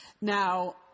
Now